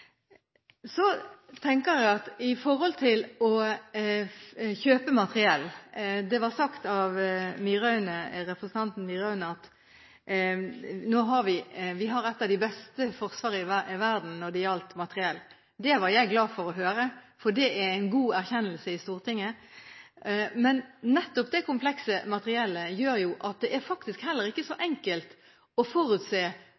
så stor oppslutning om, viktig for. Det gir jo også Forsvaret et enormt ansvar for hvordan man håndterer det personellet som man får inn, og også for hvordan man forvalter sine ansatte. Med hensyn til å kjøpe materiell: Det var sagt av representanten Myraune at vi har et av de beste forsvar i verden når det gjelder materiell – det var jeg glad for å høre, for det er en god erkjennelse i Stortinget. Men nettopp det